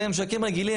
זה ממשקים רגילים,